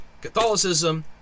catholicism